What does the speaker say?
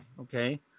okay